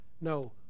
No